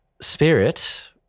spirit